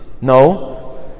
No